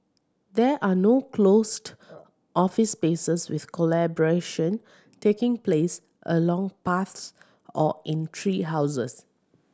there are no closed office spaces with collaboration taking place along paths or in tree houses